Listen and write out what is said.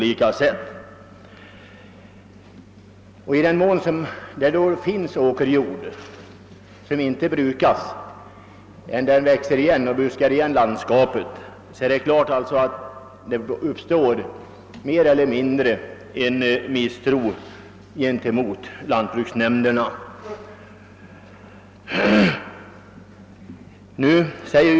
I den mån det förekommer att åkerjord får ligga obrukad, varigenom landskapet växer igen och förbuskas, uppstår självfallet en viss misstro mot lantbruksnämnderna.